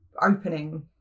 opening